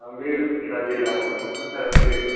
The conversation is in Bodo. आं बे बिमा दै लामाखौ नुफेरथाराखै